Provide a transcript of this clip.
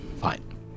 Fine